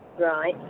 Right